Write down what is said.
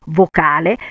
vocale